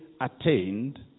attained